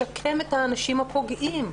לשקם את האנשים הפוגעים.